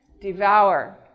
devour